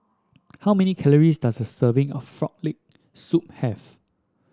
how many calories does a serving of Frog Leg Soup have